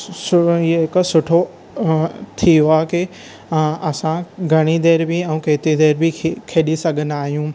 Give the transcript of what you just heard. हिकु सुठो थी वियो आहे कि असां घणी देर बि ऐं केतिरी देर बि खेॾी सघंदा आहियूं